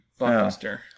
blockbuster